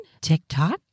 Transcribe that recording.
TikTok